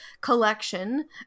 collection